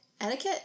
Etiquette